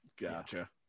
Gotcha